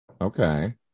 Okay